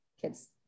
kids